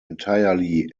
entirely